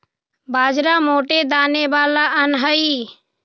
बाजरा मोटे दाने वाला अन्य हई